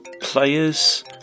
players